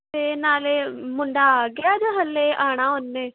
ਅਤੇ ਨਾਲੇ ਮੁੰਡਾ ਆ ਗਿਆ ਜਾਂ ਹਾਲੇ ਆਉਣਾ ਉਹਨੇ